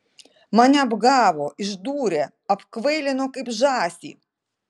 mane apgavo išdūrė apkvailino kaip žąsį